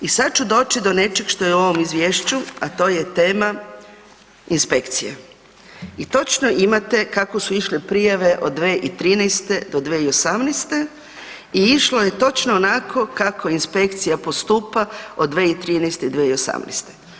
I sad ću doći do nečeg što je u ovom izvješću, a to je tema inspekcije i točno imate kako su išle prijave od 2013. do 2018. i išlo je točno onako kako inspekcija postupa od 2013.-2018.